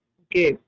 okay